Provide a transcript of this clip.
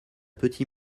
petit